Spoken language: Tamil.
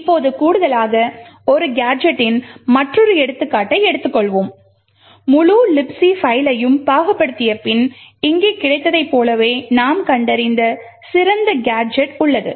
இப்போது கூடுதலாக ஒரு கேஜெட்டின் மற்றொரு எடுத்துக்காட்டை எடுத்துக்கொள்வோம் முழு Libc பைல்லையும் பாகுபடுத்திய பின் இங்கே கிடைத்ததைப் போலவே நாம் கண்டறிந்த சிறந்த கேஜெட் உள்ளது